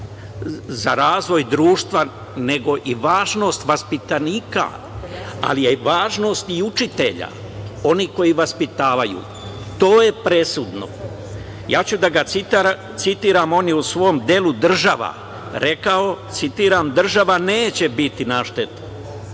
za razvoj društva, nego i važnost vaspitanika, ali je i važnost učitelja, onih koji vaspitavaju. To je presudno. Ja ću da ga citiram. On je u svom delu „Država“ rekao, citiram: „Država neće biti na šteti